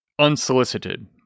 unsolicited